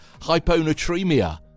hyponatremia